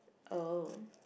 oh